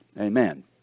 Amen